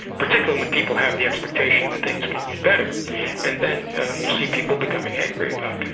particularly when people have the expectation that things can get better and then you see people becoming angry about